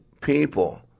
people